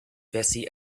bessie